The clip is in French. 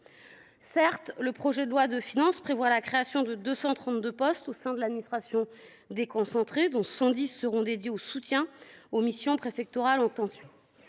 Certes, le projet de loi de finances prévoit la création de 232 postes au sein de l’administration déconcentrée, dont 110 seront dédiés au soutien aux missions préfectorales en tension.